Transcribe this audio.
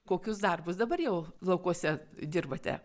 kokius darbus dabar jau laukuose dirbate